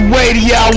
Radio